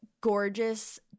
gorgeous